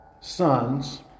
sons